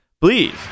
please